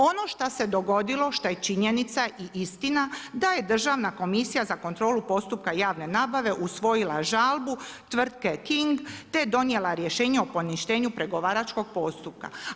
Ono što se dogodilo što je činjenica i istina da je Državna komisija za kontrolu postupka javne nabave usvojila žalbu tvrtke KING te donijela rješenje o poništenju pregovaračkog postupka.